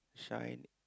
shine